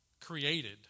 created